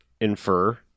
infer